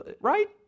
right